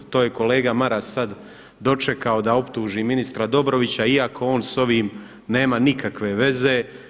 To je kolega Maras sa dočekao da optuži ministra Dobrovića iako on s ovim nema nikakve veze.